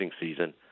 season